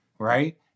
Right